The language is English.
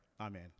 amen